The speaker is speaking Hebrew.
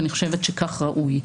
ואני חושבת שכך ראוי.